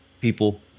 people